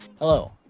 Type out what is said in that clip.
Hello